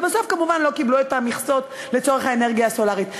ובסוף כמובן לא קיבלו את המכסות לצורך האנרגיה הסולרית.